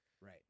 Right